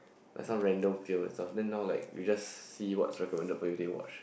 last time random films and stuff then now like you just see what is recommended for you then you watch